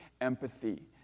empathy